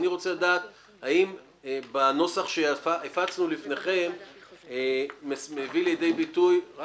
אני רוצה לדעת אם הנוסח שהפצנו בפניכם מביא לידי ביטוי את